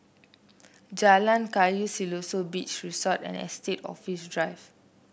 Jalan Kayu Siloso Beach Resort and Estate Office Drive